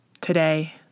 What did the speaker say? today